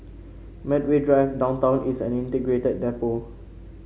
Medway Drive Downtown East and Integrated Depot